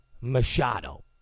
Machado